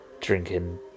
drinking